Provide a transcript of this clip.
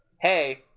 hey